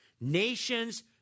Nations